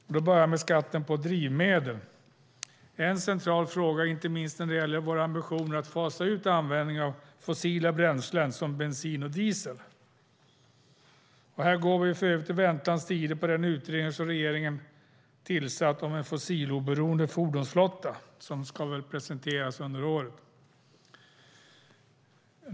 Låt mig börja med skatten på drivmedel, som är en central fråga inte minst när det gäller våra ambitioner att fasa ut användningen av fossila bränslen som bensin och diesel. Här går vi ju för övrigt i väntans tider och väntar på den utredning som regeringen har tillsatt om en fossiloberoende fordonsflotta, som väl ska presenteras under året.